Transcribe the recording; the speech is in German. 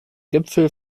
gipfel